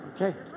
Okay